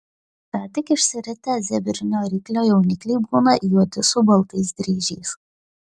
ką tik išsiritę zebrinio ryklio jaunikliai būna juodi su baltais dryžiais